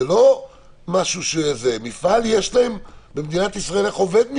איך עובד מפעל במדינת ישראל?